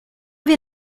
wir